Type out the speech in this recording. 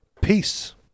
Peace